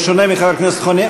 בשונה מחבר הכנסת חנין,